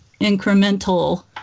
incremental